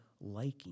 liking